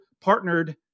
partnered